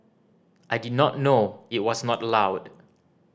I did not know it was not allowed